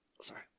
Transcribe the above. Sorry